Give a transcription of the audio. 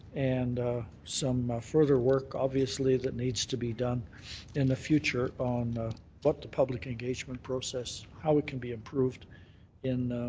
and some further work, obviously that, needs to be done in the future of what the public engagement process, how it can be approved in